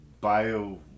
bio